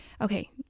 Okay